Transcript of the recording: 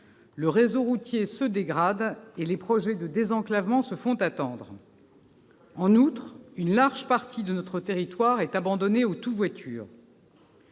le réseau routier se dégrade et les projets de désenclavement se font attendre. En outre, une large partie de notre territoire est abandonnée au « tout-voiture